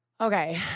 Okay